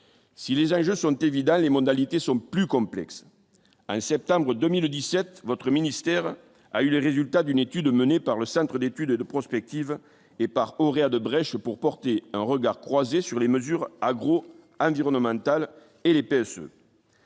si les agents sont évidemment les modalités sont plus complexes : 1 septembre 2017 votre ministère a eu les résultats d'une étude menée par le Centre d'étude et de prospective et par horaires de brèches pour porter un regard croisé sur les mesures agro-environnementales et l'épaisse.